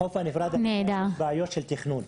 בחוף הנפרד יש בעיות של תכנון.